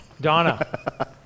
Donna